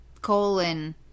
colon